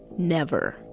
never